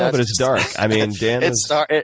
ah but it's dark. i mean dan it's dark.